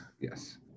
Yes